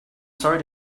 sorry